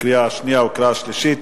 קריאה שנייה וקריאה שלישית.